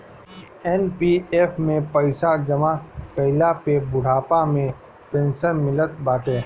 NPF में पईसा जमा कईला पे बुढ़ापा में पेंशन मिलत बाटे